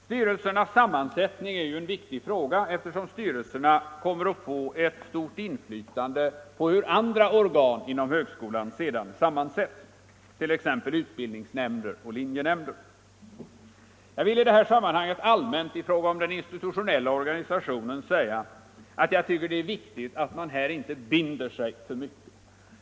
Styrelsernas sammansättning är ju en viktig fråga, eftersom styrelserna kommer att få stort inflytande på hur andra organ inom högskolan sedan sammansätts, t.ex. utbildningsnämnder och linjenämnder. Jag vill i detta sammanhang allmänt i fråga om den institutionella organisationen säga, att jag tycker det är viktigt att man här inte binder sig för mycket.